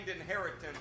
inheritance